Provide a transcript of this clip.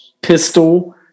pistol